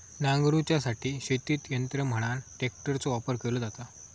नांगरूच्यासाठी शेतीत यंत्र म्हणान ट्रॅक्टरचो वापर केलो जाता